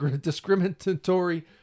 discriminatory